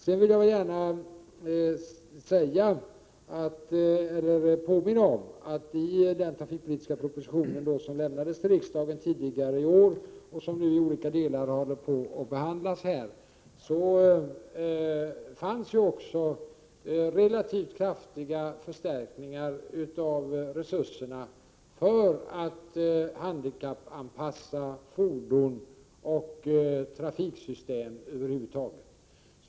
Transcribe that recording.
Sedan vill jag gärna påminna om att i den trafikpolitiska proposition som lämnades till riksdagen tidigare i år, och som nu i olika delar håller på att behandlas här i riksdagen, fanns också förslag om relativt kraftiga förstärkningar av resurserna för att handikappanpassa fordon och trafiksystem över huvud taget.